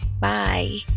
bye